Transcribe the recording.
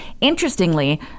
Interestingly